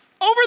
over